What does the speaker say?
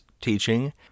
teaching